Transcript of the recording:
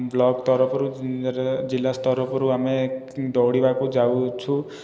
block ତରଫରୁ ଜିଲ୍ଲା ତରଫରୁ ଆମେ ଦୌଡ଼ିବାକୁ ଯାଉଛୁ